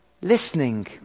listening